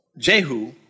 Jehu